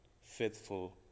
faithful